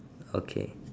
okay